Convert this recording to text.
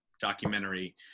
documentary